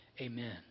Amen